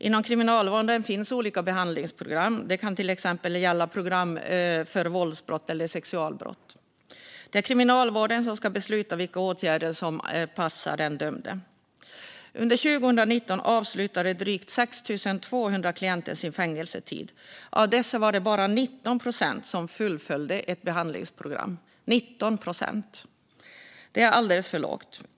Inom Kriminalvården finns olika behandlingsprogram, till exempel program för våldsbrott och sexualbrott. Det är Kriminalvården som ska besluta vilka åtgärder som passar den dömde. Under 2019 avslutade drygt 6 200 klienter sin fängelsetid. Av dessa var det bara 19 procent som fullföljde något behandlingsprogram - 19 procent! Det är alldeles för lågt.